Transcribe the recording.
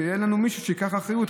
שיהיה לנו מישהו שייקח אחריות.